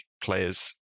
players